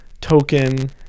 token